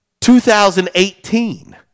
2018